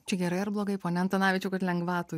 čia gerai ar blogai pone antanavičiau kad lengvatų